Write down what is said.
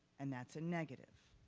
and that's a negative.